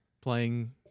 playing